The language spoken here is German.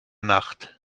nacht